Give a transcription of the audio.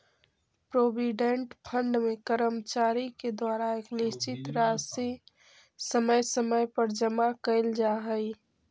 provident fund में कर्मचारि के द्वारा एक निश्चित राशि समय समय पर जमा कैल जा हई